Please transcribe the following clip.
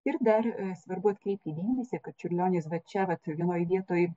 ir dar svarbu atkreipti dėmesį kad čiurlionis va čia vat vienoj vietoj